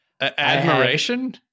admiration